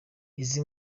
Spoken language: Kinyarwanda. izi